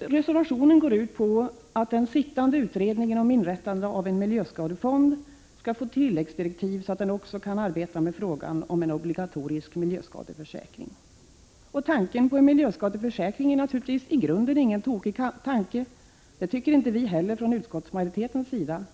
Reservationen går ut på att den sittande utredningen om inrättande av en miljöskadefond skall få tilläggsdirektiv så att den också kan arbeta med frågan om en obligatorisk miljöskadeförsäkring. Tanken på en miljöskadeförsäkring är naturligtvis i grunden ingen tokig tanke. Det tycker inte heller vi från utskottsmajoritetens sida.